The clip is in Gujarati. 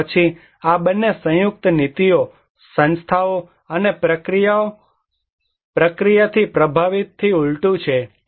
અને પછી આ બંને સંયુક્ત નીતિઓ સંસ્થાઓ અને પ્રક્રિયાથી પ્રભાવિતથી ઉલટું છે